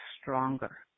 stronger